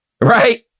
Right